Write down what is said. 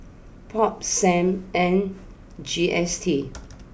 Pop Sam and G S T